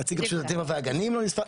נציג רשות הטבע והגנים לא נספר.